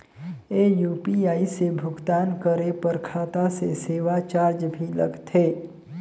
ये यू.पी.आई से भुगतान करे पर खाता से सेवा चार्ज भी लगथे?